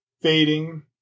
fading